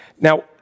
Now